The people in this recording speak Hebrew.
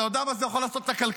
אתה יודע מה זה יכול לעשות לכלכלה?